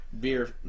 beer